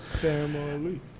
Family